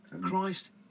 Christ